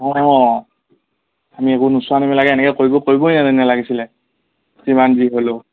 অঁ অঁ আমি একো নোচোৱা নিমিলাকে এনেকে কৰিব কৰিবয়েই নেলাগিছিলে যিমান যি হ'লেও